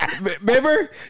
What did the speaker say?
Remember